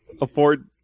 afford